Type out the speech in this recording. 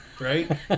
right